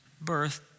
birth